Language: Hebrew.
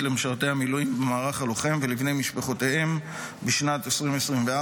למשרתי המילואים במערך הלוחם ולבני משפחותיהם בשנת 2024,